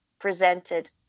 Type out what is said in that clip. presented